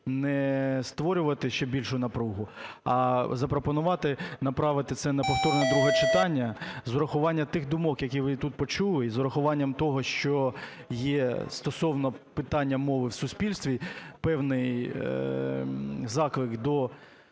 не створювати ще більшу напругу, а запропонувати направити це на повторне друге читання з урахуванням тих думок, які ви тут почули, і з урахуванням того, що є стосовно питання мови в суспільстві певний заклик до